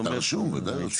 אתה רשום, ודאי.